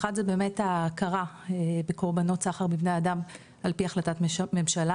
אחד זה באמת ההכרה בקורבנות סחר בבני אדם על פי החלטת ממשלה,